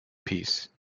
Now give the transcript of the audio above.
peace